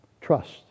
Trust